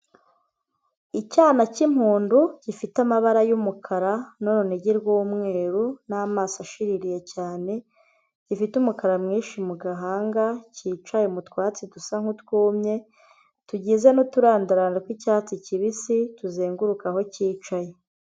Icyana cy'impundu gifite amabara y'umukara n'urunigi rw'umweru n'amaso ashiririye cyane. Gifite umukara mwinshi mu gahanga, kicaye mu twatsi dusa n'utwumye. Tugize n'uturandaranda tw'icyatsi kibisi, tuzenguruka aho cyicaye.